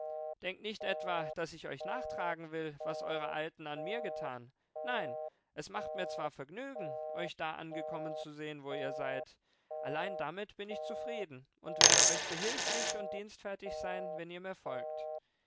denkt nicht etwa daß ich euch nachtragen will was eure alten an mir getan nein es macht mir zwar vergnügen euch da angekommen zu sehen wo ihr seid allein damit bin ich zufrieden und werde euch behilflich und dienstfertig sein wenn ihr mir folgt